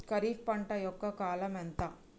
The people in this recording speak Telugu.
ఖరీఫ్ పంట యొక్క కాలం ఎంత?